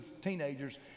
teenagers